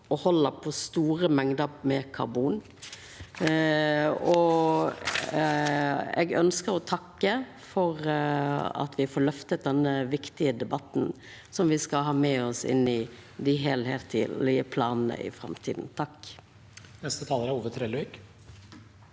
og held på store mengder med karbon. Eg ønskjer å takka for at me får løfta denne viktige debatten, som me skal ha med oss inn i dei heilskaplege planane i framtida.